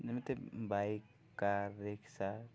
ଯେମିତି bike car rickshaw